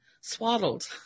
Swaddled